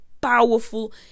powerful